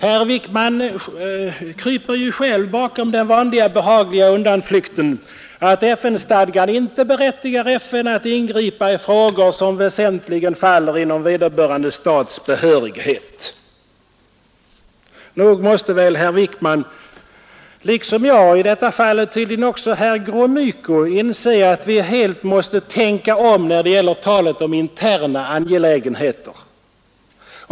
Herr Wickman kryper ju själv bakom den vanliga behagliga undanflykten att FN-stadgan inte berättigar FN att ingripa i frågor som väsentligen faller inom vederbörande stats behörighet. Nog borde väl herr Wickman liksom jag och i detta fall tydligen också herr Gromyko inse att vi helt måste tänka om när det gäller talet om interna angelägenheter.